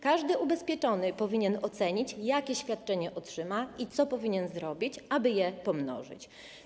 Każdy ubezpieczony powinien ocenić, jakie świadczenie otrzyma i co powinien zrobić, aby je pomnożyć.